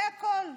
זה הכול.